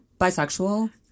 bisexual